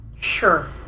Sure